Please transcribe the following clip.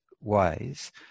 ways